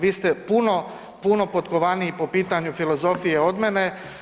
Vi ste puno, puno potkovaniji po pitanju filozofije od mene.